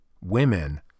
women